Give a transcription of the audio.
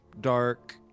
dark